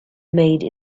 made